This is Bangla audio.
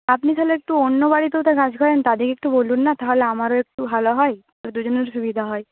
আপনি তাহলে একটু অন্য বাড়িতেও তো কাজ করেন তাদের একটু বলুন না তাহলে আমারও একটু ভালো হয় দুজনের সুবিধা হয়